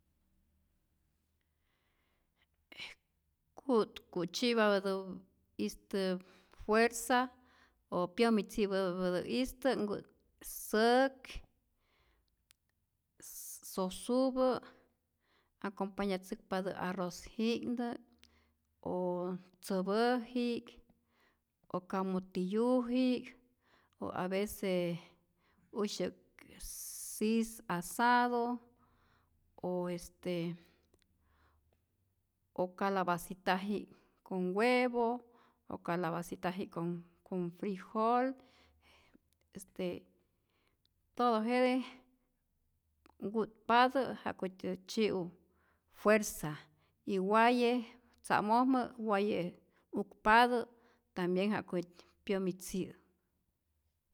Ku'tku tzyi'patä'istä fuerza o pyämi tzipapäpä'istä nkut säk sosupä acompañatzäkpatä arrozjinkä o tzäpäji'k o camotiyuji'k o a vece usyäk sis asado o este o calacitaji'k con huevo o calabacitaji'k con frijol, este todo jete nku'tpatä ja'kutyä tzyi'u fuerza y waye tza'mojmä waye ukpatä' tambien ja'ku pyämi tzi'u.